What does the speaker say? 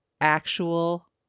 actual